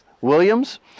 Williams